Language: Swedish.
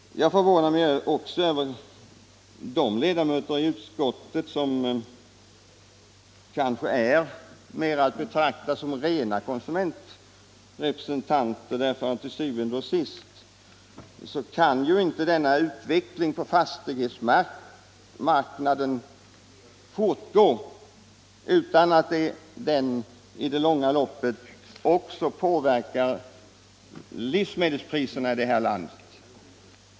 Jag förvånar mig även över de utskottsledamöter som kanske mer är att betrakta såsom rena konsumentrepresentanter, för til syvende og sidst kan inte denna utveckling på fastighetsmarknaden fortgå utan att den också påverkar livsmedelspriserna i detta land.